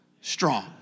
strong